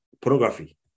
pornography